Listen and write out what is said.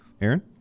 Aaron